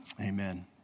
amen